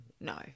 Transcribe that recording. No